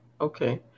Okay